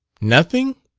nothing?